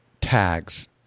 tags